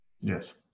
Yes